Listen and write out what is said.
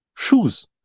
shoes